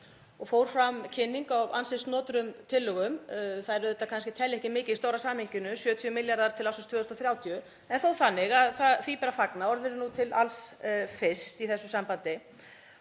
og fór fram kynning á ansi snotrum tillögum. Þær telja auðvitað kannski ekki mikið í stóra samhenginu, 70 milljarðar til ársins 2030, en þó þannig að því ber að fagna. Orð eru til alls fyrst í þessu sambandi.